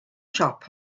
siop